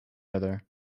other